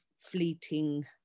fleeting